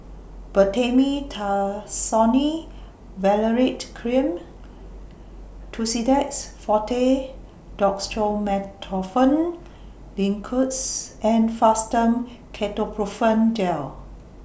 Betamethasone Valerate Cream Tussidex Forte Dextromethorphan Linctus and Fastum Ketoprofen Gel